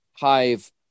hive